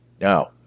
Now